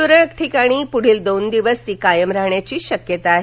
तुरळक ठिकाणी पुढील दोन दिवस ती कायम राहण्याची शक्यता आहे